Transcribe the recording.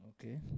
okay